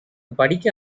படிக்க